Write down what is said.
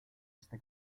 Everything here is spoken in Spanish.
este